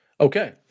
Okay